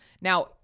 Now